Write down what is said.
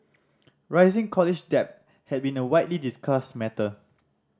rising college debt has been a widely discussed matter